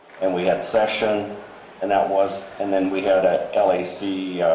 and we had session and that was and then we had a l a c a.